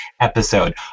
episode